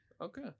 Okay